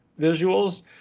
visuals